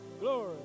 Glory